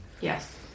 Yes